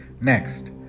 Next